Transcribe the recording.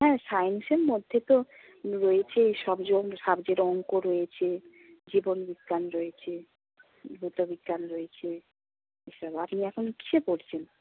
হ্যাঁ সায়েন্সের মধ্যে তো রয়েছেই সব সাবজেক্ট অঙ্ক রয়েছে জীবন বিজ্ঞান রয়েছে ভৌত বিজ্ঞান রয়েছে এই সব আপনি এখন কীসে পড়ছেন